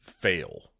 fail